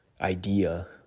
idea